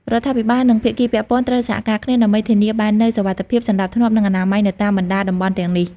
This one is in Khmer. រដ្ឋាភិបាល និងភាគីពាក់ព័ន្ធត្រូវសហការគ្នាដើម្បីធានាបាននូវសុវត្ថិភាព សណ្តាប់ធ្នាប់ និងអនាម័យនៅតាមបណ្តាតំបន់ទាំងនេះ។